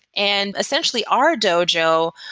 and essentially, our dojo,